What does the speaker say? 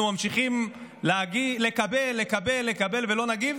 אנחנו ממשיכים לקבל, לקבל, לקבל, ולא נגיב?